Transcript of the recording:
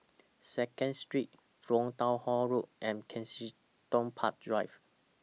Second Street Jurong Town Hall Road and Kensington Park Drive